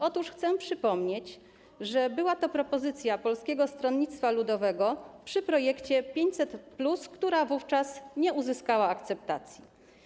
Otóż chcę przypomnieć, że była to propozycja Polskiego Stronnictwa Ludowego przy projekcie 500+, która wówczas nie uzyskała akceptacji.